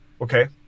okay